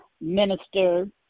Minister